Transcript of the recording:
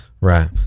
right